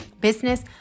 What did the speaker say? business